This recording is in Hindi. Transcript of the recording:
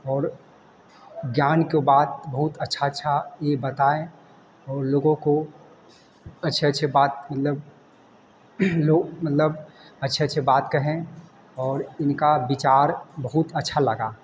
और ज्ञान की बात बहुत अच्छी अच्छी ये बताए और लोगों को अच्छी अच्छी बात मतलब लोग मतलब अच्छी अच्छी बात कहे और इनका बिचार बहुत अच्छा लगा